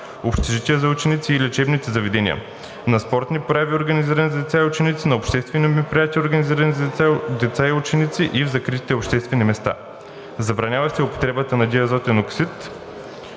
общежитията за ученици и лечебните заведения, на спортни прояви, организирани за деца и ученици, на обществени мероприятия, организирани за деца и ученици, и в закритите обществени места. Забранява се и употребата на диазотен оксид